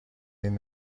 این